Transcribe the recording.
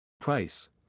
Price